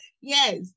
Yes